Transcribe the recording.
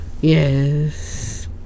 Yes